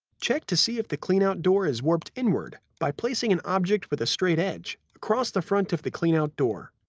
check to see if the cleanout door is warped inward by placing an object with a straight edge across the front of the cleanout door.